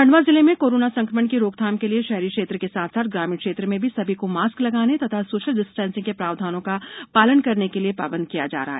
खंडवा जिले में कोरोना संक्रमण की रोकथाम के लिए शहरी क्षेत्र के साथ साथ ग्रामीण क्षेत्र में भी सभी को मास्क लगाने तथा सोशल डिस्टेंसिंग के प्रावधानों का पालन करने के लिए पाबंद किया जा रहा है